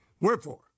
Wherefore